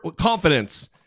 confidence